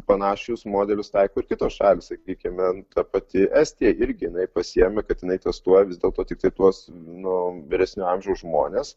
panašius modelius taiko ir kitos šalys sakykime ta pati estija irgi jinai pasiėmė kad jinai testuoja vis dėlto tiktai tuos nu vyresnio amžiaus žmones